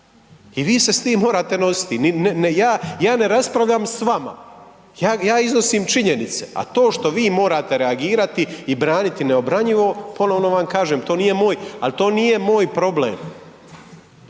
I vi se s tim morate nositi. Ja ne raspravljam s vama, ja iznosim činjenice, a to što vi morate reagirati i braniti neobranjivo ponovo vam kaže, to nije moj, al